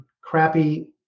crappy